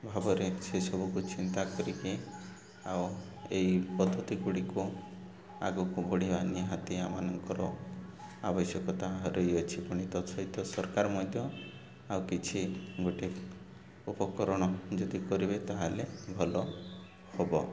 ଭାବରେ ସେସବୁକୁ ଚିନ୍ତା କରିକି ଆଉ ଏଇ ପଦ୍ଧତି ଗୁଡ଼ିକୁ ଆଗକୁ ବଢ଼ିବା ନିହାତି ଆମମାନଙ୍କର ଆବଶ୍ୟକତା ରହିଅଛି ପୁଣି ତତ୍ ସହିତ ସରକାର ମଧ୍ୟ ଆଉ କିଛି ଗୋଟେ ଉପକରଣ ଯଦି କରିବେ ତା'ହେଲେ ଭଲ ହବ